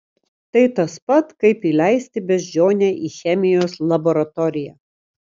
tai tas pat kaip įleisti beždžionę į chemijos laboratoriją